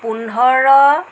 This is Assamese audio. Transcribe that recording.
পোন্ধৰ